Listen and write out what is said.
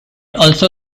also